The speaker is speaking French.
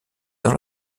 dans